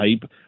type